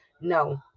no